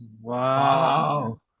Wow